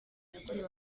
yakorewe